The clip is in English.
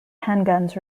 handguns